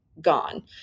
gone